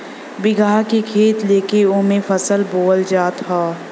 बीघा के खेत लेके ओमे फसल बोअल जात हौ